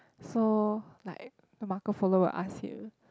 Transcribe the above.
so like Marco Polo will ask him